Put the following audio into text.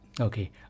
Okay